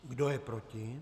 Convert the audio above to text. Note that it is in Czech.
Kdo je proti?